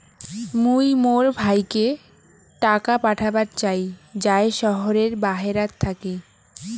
মুই মোর ভাইকে টাকা পাঠাবার চাই য়ায় শহরের বাহেরাত থাকি